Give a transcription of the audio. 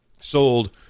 sold